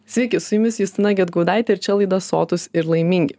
sveiki su jumis justina gedgaudaitė ir čia laida sotūs ir laimingi